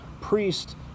priest